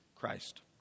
Christ